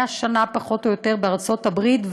100 שנה פחות או יותר, בארצות-הברית.